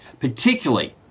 particularly